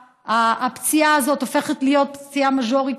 והפציעה הזאת הופכת להיות פציעה מז'ורית,